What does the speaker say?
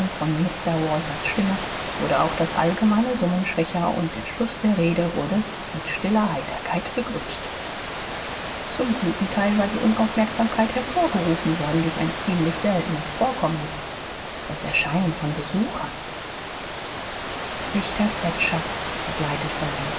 von mr walters stimme wurde auch das allgemeine summen schwächer und der schluß der rede wurde mit stiller heiterkeit begrüßt zum guten teil war die unaufmerksamkeit hervorgerufen worden durch ein ziemlich seltenes vorkommnis das erscheinen von besuchern richter thatcher begleitet von einem